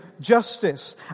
justice